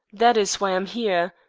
that is why i am here.